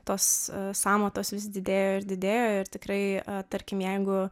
tos sąmatos vis didėjo ir didėjo ir tikrai tarkim jeigu